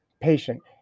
patient